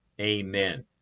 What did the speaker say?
Amen